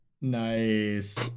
Nice